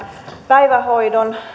päivähoidon